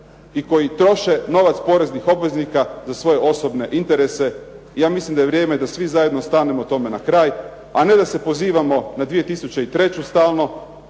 i koji troše novac poreznih obveznika za svoje osobne interese, ja mislim da je vrijeme da stanemo tome na kraj a ne da se pozivamo na 2003. stalno,